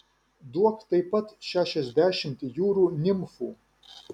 duok taip pat šešiasdešimt jūrų nimfų